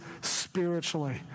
spiritually